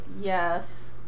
Yes